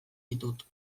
ditut